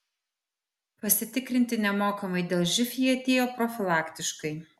pasitikrinti nemokamai dėl živ jie atėjo profilaktiškai